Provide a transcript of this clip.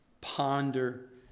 ponder